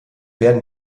werden